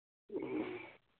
ꯎꯝ